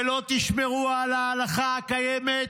ולא תשמרו על ההלכה הקיימת,